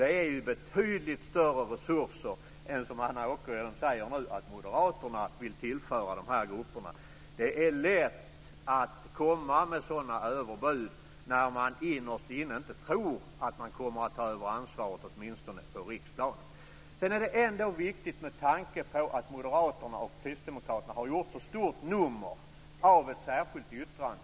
Det är betydligt större resurser än de som Anna Åkerhielm nu säger att Moderaterna vill tillföra de här grupperna. Det är lätt att komma med sådana överbud när man innerst inne inte tror att man kommer att ta över ansvaret - åtminstone inte på riksplanet. Det är viktigt att nämna en sak med tanke på att Moderaterna och Kristdemokraterna har gjort så stort nummer av ett särskilt yttrande.